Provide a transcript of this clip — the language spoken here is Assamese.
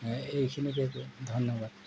এইখিনিকে কৈ ধন্যবাদ